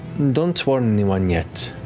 don't warn anyone yet.